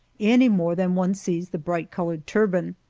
any more than one sees the bright-colored turban.